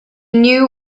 knew